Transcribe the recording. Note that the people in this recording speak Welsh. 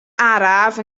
araf